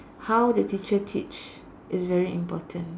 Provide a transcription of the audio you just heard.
how the teacher teach is very important